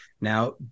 now